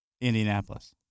Indianapolis